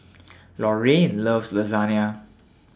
Lorraine loves